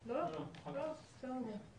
cyberizen.